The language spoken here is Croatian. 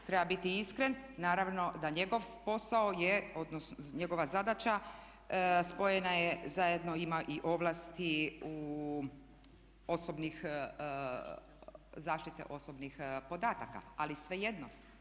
Treba biti iskren, naravno da njegov posao je, odnosno njegova zadaća spojena je, zajedno ima i ovlasti, zaštite osobnih podataka ali svejedno.